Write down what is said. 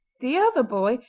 the other boy,